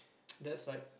that's like